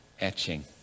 etching